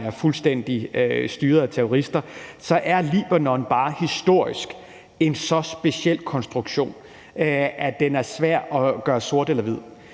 er fuldstændig styret af terrorister. Men Libanon er bare historisk en så speciel konstruktion, at den er svær at se sort-hvidt